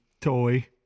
toy